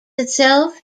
itself